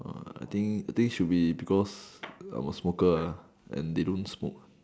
uh I think I think should be because I was smoker ah and they don't smoke ah